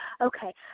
Okay